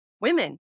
women